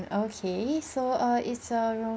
okay so err it's err